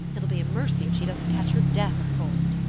it'll be a mercy if she doesn't catch her death of cold.